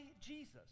Jesus